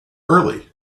early